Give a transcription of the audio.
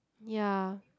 ya